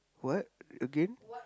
what again